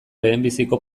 lehenbiziko